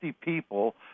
people